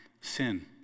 sin